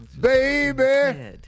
baby